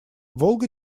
волга